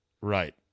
Right